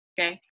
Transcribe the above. okay